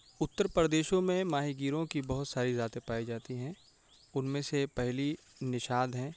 اتر پردیشوں میں ماہی گیروں کی بہت ساری ذاتیں پائی جاتی ہیں ان میں سے پہلی نشاد ہیں